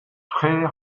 frouezh